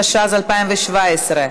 התשע"ז 2017,